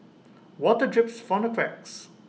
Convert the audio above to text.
water drips from the cracks